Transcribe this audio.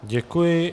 Děkuji.